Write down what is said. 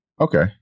Okay